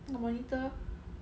the monitor